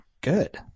good